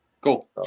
Cool